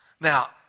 Now